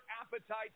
appetite